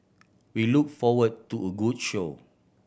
we look forward to a good show